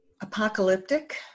apocalyptic